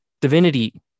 divinity